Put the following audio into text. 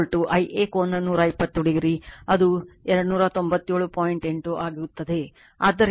ಆದ್ದರಿಂದ ಕೋನ 76